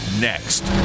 Next